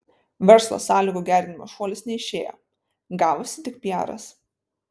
verslo sąlygų gerinimo šuolis neišėjo gavosi tik piaras